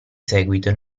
seguito